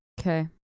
Okay